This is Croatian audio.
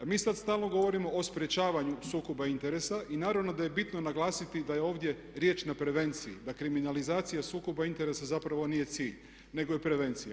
A mi sada stalno govorimo o sprječavanju sukoba interesa i naravno da je bitno naglasiti da je ovdje riječ na prevenciji, da kriminalizacija sukoba interesa zapravo nije cilj nego je prevencija.